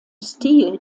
stil